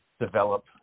develop